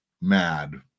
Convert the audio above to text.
mad